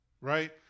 right